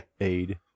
aid